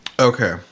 Okay